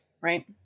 Right